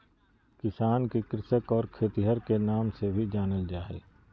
किसान के कृषक और खेतिहर के नाम से भी जानल जा हइ